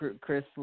Chris